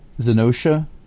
Zenosha